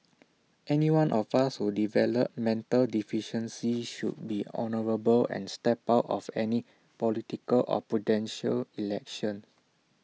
anyone of us who develop mental deficiency should be honourable and step out of any political or Presidential Election